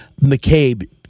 McCabe